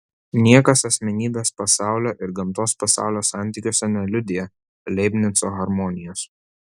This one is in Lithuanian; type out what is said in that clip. niekas asmenybės pasaulio ir gamtos pasaulio santykiuose neliudija leibnico harmonijos